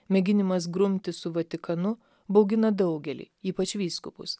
mėginimas grumtis su vatikanu baugina daugelį ypač vyskupus